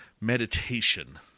meditation